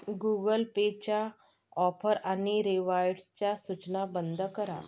Google पेच्या offer आणि रिवॉर्ड्सच्या सूचना बंद करा